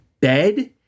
bed